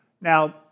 Now